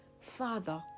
Father